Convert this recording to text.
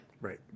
Right